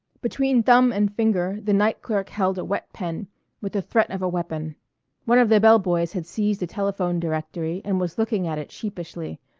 between thumb and finger the night clerk held a wet pen with the threat of a weapon one of the bell-boys had seized a telephone directory and was looking at it sheepishly.